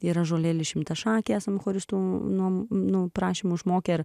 yra ąžuolėlis šimtašakis esamų choristų nu nu prašymu išmokė ir